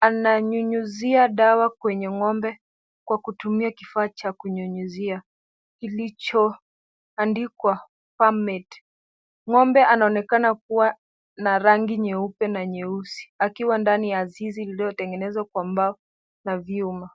ananyunyuzia dawa kwenye ngome kwa kutumia kifaa cha kunyunyuzia iIichoandikwa, farm med, ngombe anaonekana kuwa na rangi nyeupe na nyeusi, akiwa ndani ya azizi iliyotengenezwa kwa mbao za viumba.